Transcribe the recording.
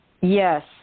Yes